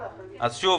שוב,